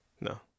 No